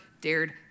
dared